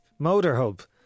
Motorhub